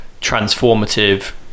transformative